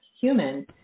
human